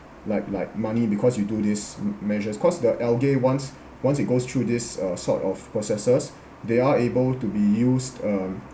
like like money because you do this m~ measures cause the algae once once it goes through this uh sort of processes they are able to be used um